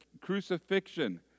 crucifixion